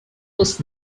was